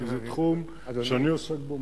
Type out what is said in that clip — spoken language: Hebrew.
כי זה תחום שאני עוסק בו,